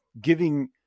giving